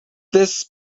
this